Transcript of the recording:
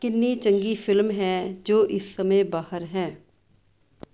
ਕਿੰਨੀ ਚੰਗੀ ਫਿਲਮ ਹੈ ਜੋ ਇਸ ਸਮੇਂ ਬਾਹਰ ਹੈ